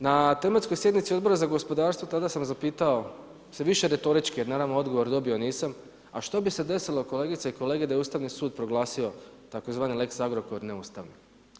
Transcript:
Na tematskoj sjednici Odbora za gospodarstvo tada sam zapitao se više retorički, jer naravno odgovor dobio nisam, a što bi se desilo kolegice i kolege da je Ustavni sud proglasio tzv. lex Agrokor neustavnim?